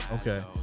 okay